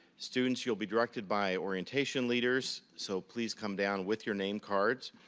students, you'll be directed by orientation leaders. so please come down with your name cards.